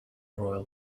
royal